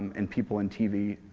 and people in tv,